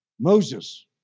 Moses